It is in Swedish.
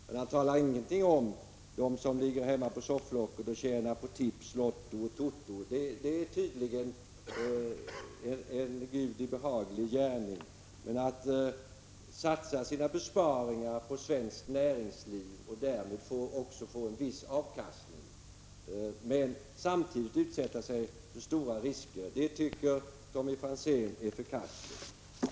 Men han säger inte något om dem som ligger hemma på sofflocket och tjänar pengar på tips, lotto och toto. Det är tydligen en Gudi behaglig gärning. Men att satsa sina besparingar på svenskt näringsliv, och därmed få en viss avkastning, men samtidigt utsätta sig för stora risker, det tycker Tommy Franzén är förkastligt.